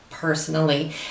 personally